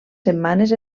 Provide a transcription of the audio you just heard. setmanes